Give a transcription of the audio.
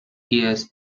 years